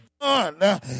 done